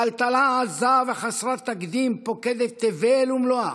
טלטלה עזה וחסרת תקדים פוקדת תבל ומלואה.